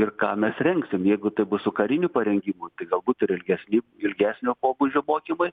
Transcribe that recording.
ir ką mes rengsim jeigu tai bus su kariniu parengimu tai galbūt ir ilgesni ilgesnio pobūdžio mokymai